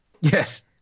Yes